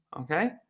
okay